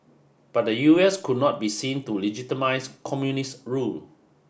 but the U S could not be seen to legitimize communist rule